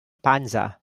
panza